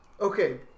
okay